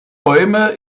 bäume